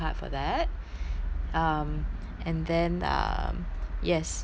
um and then um yes err